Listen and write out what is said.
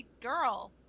girl